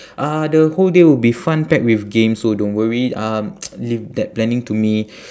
uh the whole day will be fun packed with games so don't worry um leave that planning to me